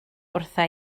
wrtha